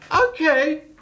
Okay